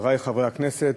חברי חברי הכנסת,